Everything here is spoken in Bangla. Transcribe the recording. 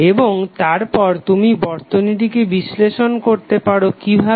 এবং তারপর তুমি বর্তনীটিকে বিশ্লেষণ করতে পারো কিভাবে